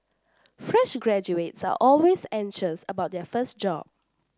fresh graduates are always anxious about their first job